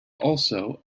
also